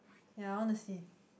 ya I want to see